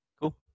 cool